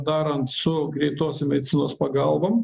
darant su greitosiom medicinos pagalbom